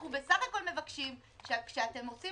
אנחנו בסך הכול מבקשים שכאשר אתם עושים